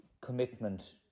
commitment